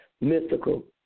mythical